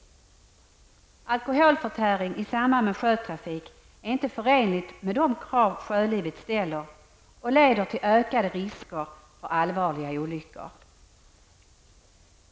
Alkoholförtäring i samband med sjötrafik är inte förenligt med de krav sjölivet ställer och det leder till ökade risker för allvarliga olyckor.